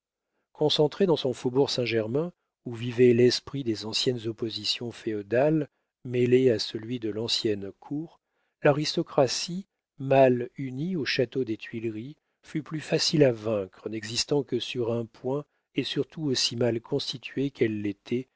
concentrée dans son faubourg saint-germain où vivait l'esprit des anciennes oppositions féodales mêlé à celui de l'ancienne cour l'aristocratie mal unie au château des tuileries fut plus facile à vaincre n'existant que sur un point et surtout aussi mal constituée qu'elle l'était